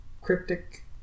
cryptic